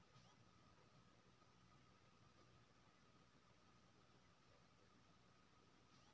pension fund मे कर्मचारी सब अपना सेवाकाल मे निश्चित राशि जमा कराबै छै